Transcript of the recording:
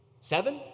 Seven